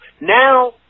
Now